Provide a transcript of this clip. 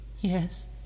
Yes